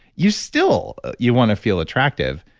you still, you want to feel attractive.